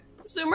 Zoomer